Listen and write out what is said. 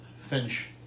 Finch